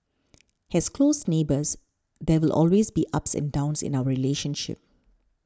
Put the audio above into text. as close neighbours there will always be ups and downs in our relationship